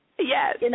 Yes